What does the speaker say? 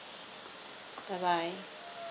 bye bye